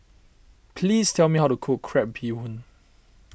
please tell me how to cook Crab Bee Hoon